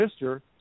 Mr